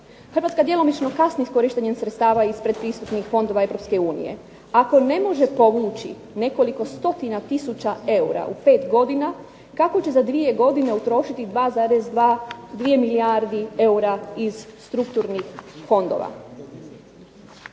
Hrvatska djelomično kasni s korištenjem sredstava iz predpristupnih fondova EU. Ako ne može povući nekoliko stotina tisuća eura u 5 godina kako će za 2 godine utrošiti 2,2 milijardi eura iz strukturnih fondova?